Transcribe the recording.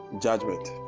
judgment